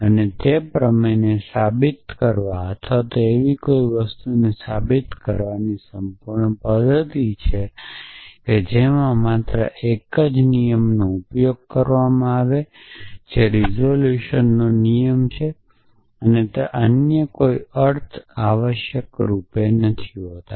અને તે પ્રમેયને સાબિત કરવા અથવા એવી કોઈ વસ્તુને સાબિત કરવાની સંપૂર્ણ પદ્ધતિ છે કે જેમાં માત્ર એક જ નિયમનો ઉપયોગ કરવામાં આવે છે જે રિઝોલ્યુશન નિયમ છે અને તેને અન્ય કોઈ અર્થ આવશ્યક રૂપે નથી હોતો